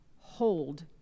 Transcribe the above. Hold